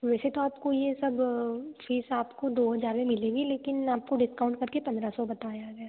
वैसे तो आपको ये सब फिस आपकाे दो हजार में मिलेगी लेकिन आपको डिस्काउंट करके पन्द्रह सौ बताया गया है